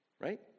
Right